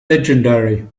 legendary